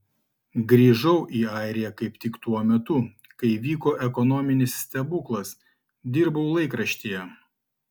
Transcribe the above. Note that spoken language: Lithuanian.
grįžau į airiją kaip tik tuo metu kai vyko ekonominis stebuklas dirbau laikraštyje